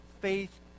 faith